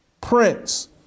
Prince